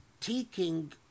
taking